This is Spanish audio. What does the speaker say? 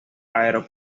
aero